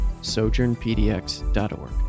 sojournpdx.org